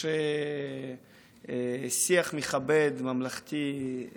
יש שיח מכבד, ממלכתי,